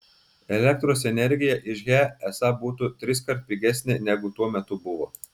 elektros energija iš he esą būtų triskart pigesnė negu tuo metu buvo